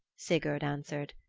sigurd answered.